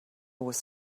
was